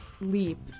leap